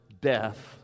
death